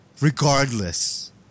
regardless